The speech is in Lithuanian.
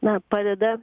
na padeda